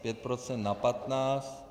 Pět procent na patnáct.